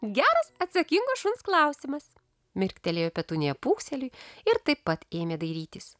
geras atsakingo šuns klausimas mirktelėjo petunija pūkseliui ir taip pat ėmė dairytis